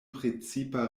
precipa